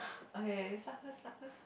okay start first start first